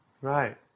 Right